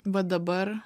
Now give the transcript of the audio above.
va dabar